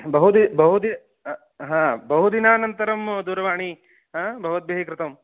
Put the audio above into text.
बहु दिनं बहु दिनं हा बहु दिनानन्तरं दूरवाणीं भवद्भिः कृतम्